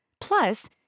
Plus